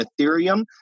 Ethereum